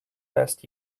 last